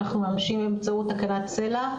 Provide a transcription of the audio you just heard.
אנחנו מממשים כיוזמה ובאמצעות תקנת סל"ע,